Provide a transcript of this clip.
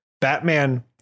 Batman